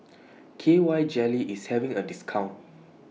K Y Jelly IS having A discount